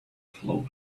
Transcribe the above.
float